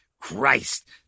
Christ